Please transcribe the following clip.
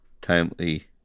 timely